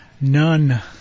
None